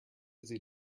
fizzy